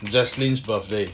jesley birthday